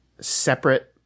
separate